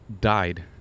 died